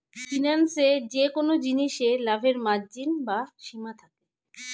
ফিন্যান্সে যেকোন জিনিসে লাভের মার্জিন বা সীমা থাকে